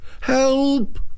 Help